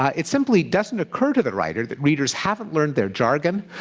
ah it simply doesn't occur to the writer that readers haven't learned their jargon,